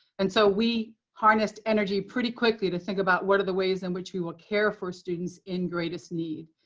and so we harnessed energy pretty quickly to think about, what are the ways in which we will care for students in greatest need.